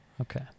Okay